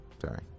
Sorry